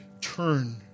turn